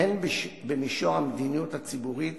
הן במישור המדיניות הציבורית